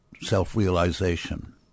self-realization